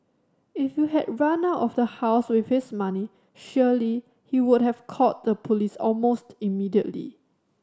if you had run out of house with his money surely he would have called the police almost immediately